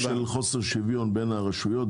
יש בעיה של חוסר שוויון בין הרשויות,